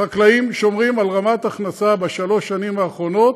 חקלאים שומרים על רמת הכנסה בשלוש השנים האחרונות,